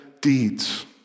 deeds